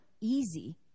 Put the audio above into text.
easy